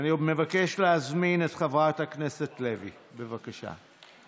אני מבקש להזמין את חברת הכנסת לוי, בבקשה.